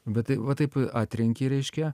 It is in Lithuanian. bet tai va taip atrenki reiškia